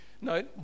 No